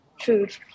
food